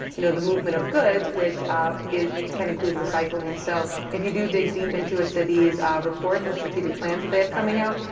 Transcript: you know, the movement of goods. which can include recycling. so if you do dig deep into a city's reports and strategic plans that they have coming out,